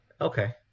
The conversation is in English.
okay